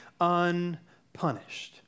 unpunished